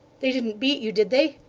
they didn't beat you, did they